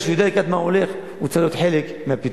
ברגע שהוא יודע לקראת מה הוא הולך הוא צריך להיות חלק מהפתרון.